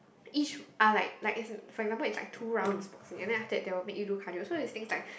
each are like like is a for example things is like two rounds boxing and then after that they were make you do cardio so is things like